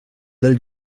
del